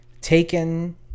taken